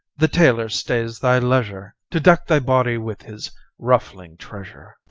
the tailor stays thy leisure, to deck thy body with his ruffling treasure.